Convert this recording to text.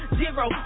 zero